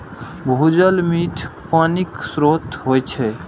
भूजल मीठ पानिक स्रोत होइ छै